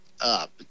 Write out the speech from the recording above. up